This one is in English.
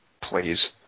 Please